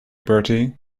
bertie